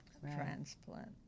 Transplant